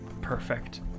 perfect